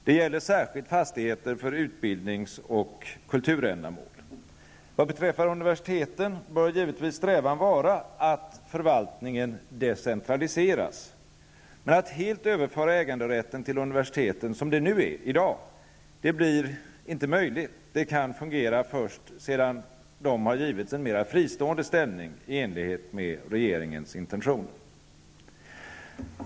Det gäller särskilt fastigheter för utbildnings och kulturändamål. Vad beträffar universiteten bör givetvis strävan vara att förvaltningen decentraliseras. Men att helt överföra äganderätten till universiteten blir, som det är i dag, inte möjligt förrän dessa givits en mera fristående ställning i enlighet med regeringens intentioner.